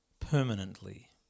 Permanently